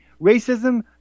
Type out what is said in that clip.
Racism